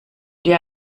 dir